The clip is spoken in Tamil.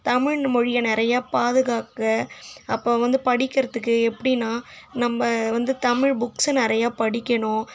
தமிழ் மொழியை நிறைய பாதுகாக்க அப்போ வந்து படிக்கிறத்துக்கு எப்படினா நம்ம வந்து தமிழ் புக்ஸை நிறையா படிக்கணும்